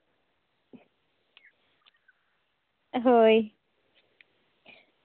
ᱦᱳᱭ